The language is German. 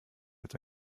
als